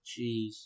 Jeez